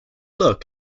look